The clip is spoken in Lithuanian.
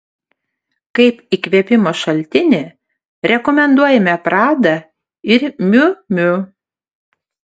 kaip įkvėpimo šaltinį rekomenduojame prada ir miu miu